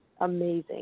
amazing